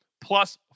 Plus